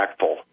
impactful